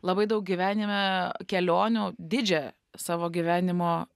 labai daug gyvenime kelionių didžiąją savo gyvenimo